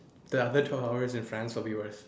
then after that twelve hours in France will be worse